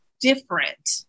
different